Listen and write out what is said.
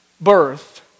birth